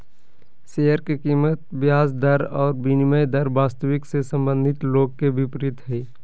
share के कीमत ब्याज दर और विनिमय दर वास्तविक से संबंधित लोग के विपरीत हइ